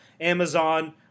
Amazon